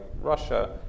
Russia